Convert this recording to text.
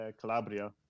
calabria